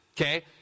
Okay